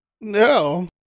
No